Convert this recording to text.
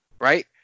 right